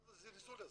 מה זה הזלזול הזה?